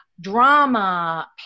drama